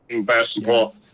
basketball